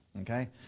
Okay